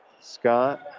Scott